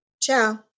Ciao